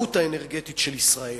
העצמאות האנרגטית של ישראל.